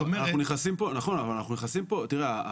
נכון, אבל תראה,